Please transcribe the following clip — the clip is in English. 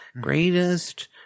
greatest